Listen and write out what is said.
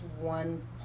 one